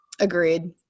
Agreed